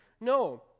No